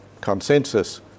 consensus